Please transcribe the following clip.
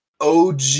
OG